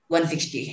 160